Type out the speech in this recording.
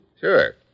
Sure